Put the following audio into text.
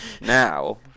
Now